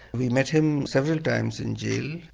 we met him several times in jail.